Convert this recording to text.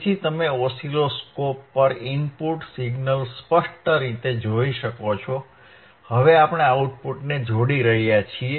તેથી તમે ઓસિલોસ્કોપ પર ઇનપુટ સિગ્નલ સ્પષ્ટ રીતે જોઈ શકો છો હવે આપણે આઉટપુટને જોડી રહ્યા છીએ